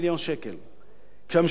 כשהממשלה ויתרה על 5%,